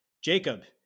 Jacob